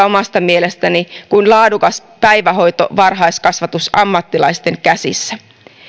omasta mielestäni yhtä arvokasta kuin laadukas päivähoito varhaiskasvatusammattilaisten käsissä